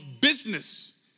business